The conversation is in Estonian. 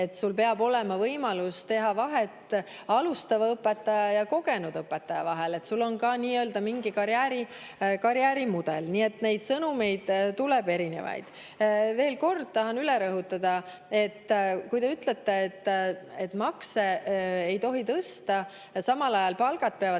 et peab olema võimalus teha vahet alustava õpetaja ja kogenud õpetaja vahel, nii et sul on ka mingi karjäärimudel. Nii et neid sõnumeid tuleb erinevaid. Veel kord, tahan üle rõhutada. Te ütlete, et makse ei tohi tõsta, aga samal ajal palgad peavad